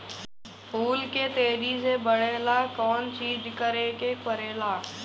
फूल के तेजी से बढ़े ला कौन चिज करे के परेला?